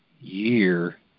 year